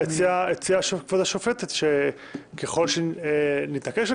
הציעה כבוד השופטת שככל שנתעקש על